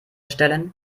stellen